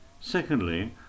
Secondly